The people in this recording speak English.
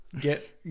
Get